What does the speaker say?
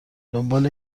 دنبال